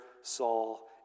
Saul